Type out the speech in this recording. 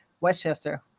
Westchester